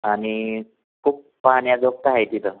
आणि खूप पाहण्याजोगत आहे तिथं